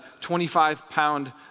25-pound